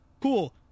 cool